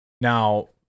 Now